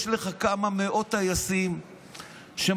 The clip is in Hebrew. יש לך כמה מאות טייסים שמחליטים,